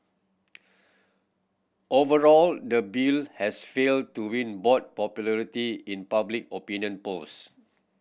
overall the bill has failed to win broad popularity in public opinion polls